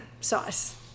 sauce